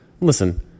Listen